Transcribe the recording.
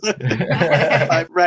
right